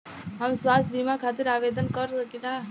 हम स्वास्थ्य बीमा खातिर आवेदन कर सकीला?